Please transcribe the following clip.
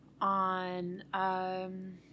on –